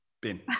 bin